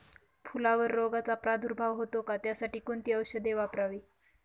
फुलावर रोगचा प्रादुर्भाव होतो का? त्यासाठी कोणती औषधे वापरावी?